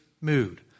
mood